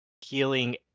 healing